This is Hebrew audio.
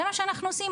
זה מה שאנחנו עושים,